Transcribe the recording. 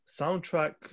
soundtrack